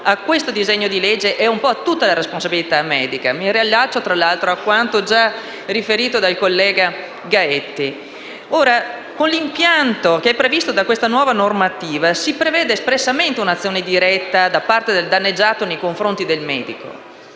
Con l'impianto previsto da questa nuova normativa si prevede espressamente un'azione diretta da parte del danneggiato nei confronti del medico.